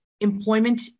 employment